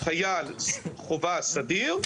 חייל חובה סדיר,